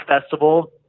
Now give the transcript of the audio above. festival